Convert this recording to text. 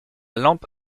lampe